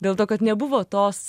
dėl to kad nebuvo tos